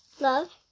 love